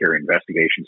investigations